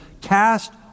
Cast